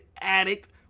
addict